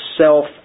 self